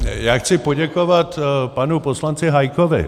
Já chci poděkovat panu poslanci Hájkovi.